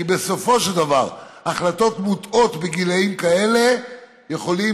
כי בסופו של דבר החלטות מוטעות בגילים כאלה יכולות